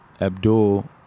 Abdul